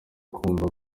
kumva